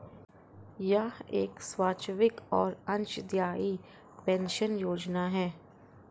यह एक स्वैच्छिक और अंशदायी पेंशन योजना है